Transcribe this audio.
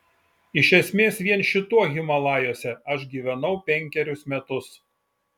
iš esmės vien šituo himalajuose aš gyvenau penkerius metus